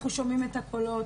אנחנו שומעים את הקולות.